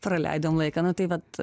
praleidom laiką na tai vat